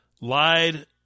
Lied